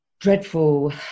dreadful